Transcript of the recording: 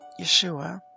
Yeshua